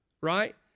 right